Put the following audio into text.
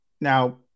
Now